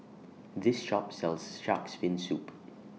This Shop sells Shark's Fin Soup